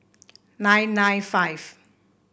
nine nine five